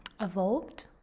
evolved